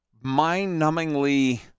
mind-numbingly